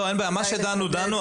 מה שדנו דנו.